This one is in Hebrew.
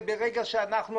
ברגע שאנחנו,